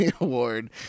award